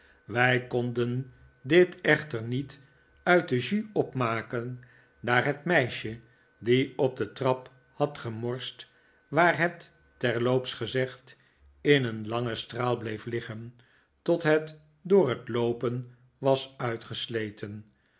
wij konden dit echter niet uit de jus opmaken daar het meisje die op de trap had gemorst waar het terloops gezegd in een langen straal bleef liggen tot het door het loopen was uitgesleten